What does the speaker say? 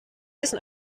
wissen